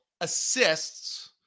assists